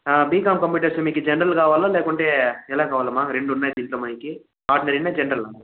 BCom computers మీకు general కావాలా లేకుంటే ఎలా కావాలమ్మా రెండు ఉన్నాయి దీంట్లో మనకి ఆర్డినరీనా జనరలా